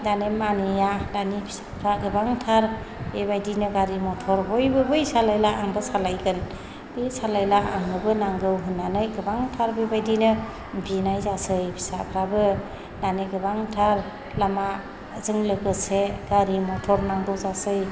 दानिया माने दानि फिसाफोरा गोबांथार बेबायदिनो गारि मटर बयबो बै सालायोब्ला आंबो सालायगोन बे सालायोब्ला आंनोबो नांगौ होननानै गोबांथार बेबायदिनो बिनाय जायोसै फिसाफोराबो दानि गोबांथार लामाजों लोगोसे गारि मटर नांगौ जायोसै